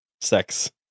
Sex